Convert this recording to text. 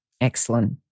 Excellent